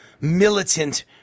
militant